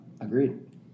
agreed